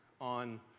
on